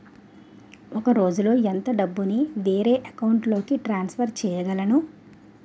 ఒక రోజులో ఎంత డబ్బుని వేరే అకౌంట్ లోకి ట్రాన్సఫర్ చేయగలను?